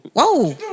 Whoa